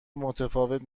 متفاوت